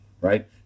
right